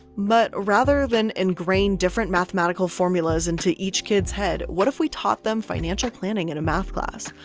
but rather than ingrain different mathematical formulas into each kid's head, what if we taught them financial planning in a math class?